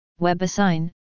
WebAssign